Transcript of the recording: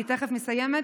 אני תכף מסיימת,